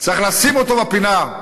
צריך לשים אותו בפינה,